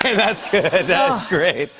that's good. that's great.